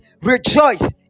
rejoice